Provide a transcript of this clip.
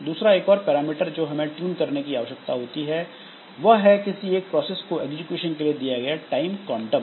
दूसरा एक और पैरामीटर जो हमें ट्यून करने की आवश्यकता है वह है किसी एक प्रोसेस को एग्जीक्यूशन के लिए दिया गया टाइम क्वांटम